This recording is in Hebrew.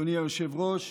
אדוני היושב-ראש,